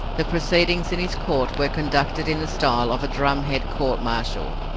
the proceedings in his court were conducted in the style of a drum-head court martial,